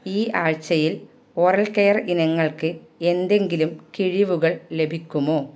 ഈ ആഴ്ചയിൽ oral care ഇനങ്ങൾക്ക് എന്തെങ്കിലും കിഴിവുകൾ ലഭിക്കുമോ